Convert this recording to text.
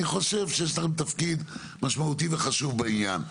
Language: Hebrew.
אני חושב שיש לכם תפקיד משמעותי וחשוב בעניין,